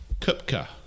Kupka